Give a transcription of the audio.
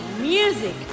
music